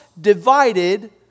divided